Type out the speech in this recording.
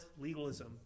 legalism